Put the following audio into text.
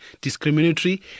discriminatory